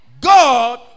God